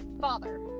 father